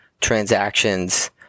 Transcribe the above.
transactions